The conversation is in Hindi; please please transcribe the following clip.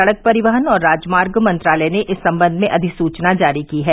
सड़क परिवहन और राजमार्ग मंत्रालय ने इस संबंध में अधिसूचना जारी की है